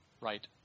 right